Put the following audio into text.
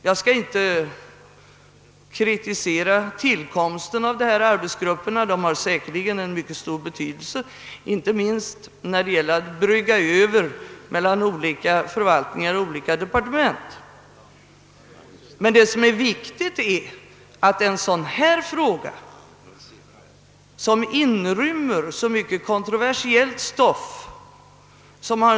Jag skall inte kritisera tillkomsten av dessa arbetsgrupper, eftersom de säkerligen har mycket stor betydelse inte minst när det gäller att brygga över skiljelinjer mellan olika förvaltningar och departement. Det som är viktigt är att en fråga som denna, vilken inrymmer så mycket kontroversiellt stoff, blir så utbredd att alla synpunkter kommer med.